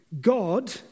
God